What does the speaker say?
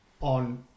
on